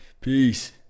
Peace